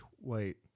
Wait